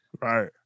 Right